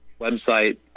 website